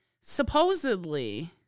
Supposedly